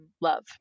love